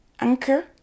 Anchor